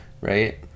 Right